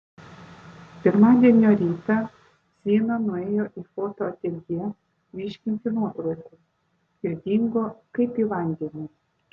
pirmadienio rytą zina nuėjo į foto ateljė ryškinti nuotraukų ir dingo kaip į vandenį